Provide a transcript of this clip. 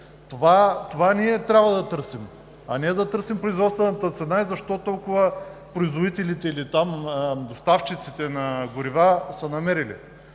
Това ние трябва да търсим, а не да търсим производствената цена и защо толкова производителите или доставчиците на горива са намерили.